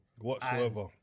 Whatsoever